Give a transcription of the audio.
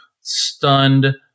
stunned